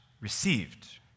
received